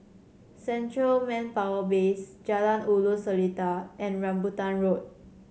Central Manpower Base Jalan Ulu Seletar and Rambutan Road